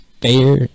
Fair